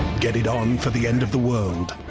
get it on for the end of the world.